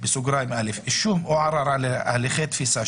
42ב(א): אישום או ערר על הליכי תפיסה,